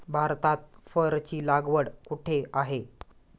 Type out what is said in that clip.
भारतात फरची लागवड कुठे आहे?